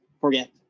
forget